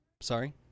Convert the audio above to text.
sorry